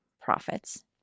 profits